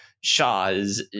Shaw's